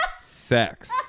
Sex